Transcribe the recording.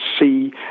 see